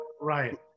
right